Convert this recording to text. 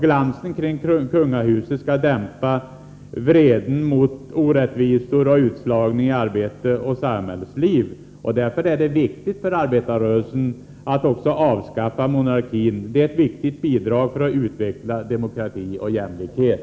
Granskningen av kungahuset skall dämpa vreden mot orättvisor, utslagning från arbete och samhällsliv. Därför är det viktigt för arbetarrörelsen att avskaffa monarkin. Detta skulle bli ett viktigt bidrag till utvecklandet av demokrati och jämlikhet.